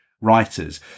writers